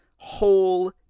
whole